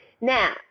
Now